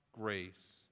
grace